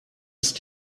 ist